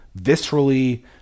viscerally